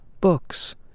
books